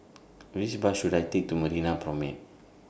Which Bus should I Take to Marina Promenade